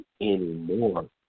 anymore